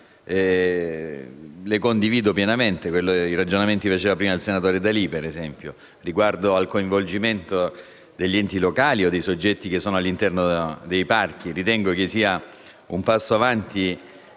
ad esempio, ai ragionamenti che faceva prima il senatore D'Alì riguardo al coinvolgimento degli enti locali o dei soggetti che sono all'interno dei parchi. Ritengo che sia un passo in avanti